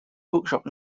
bookshop